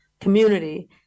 community